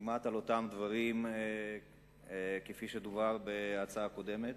כמעט על אותם דברים כפי שדובר בהצעה הקודמת.